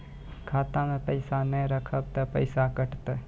खाता मे पैसा ने रखब ते पैसों कटते?